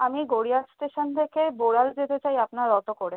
আমি গড়িয়া স্টেশন থেকে বোড়াল যেতে চাই আপনার অটো করে